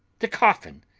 the coffin.